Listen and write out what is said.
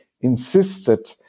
insisted